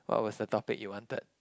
what was the topic you wanted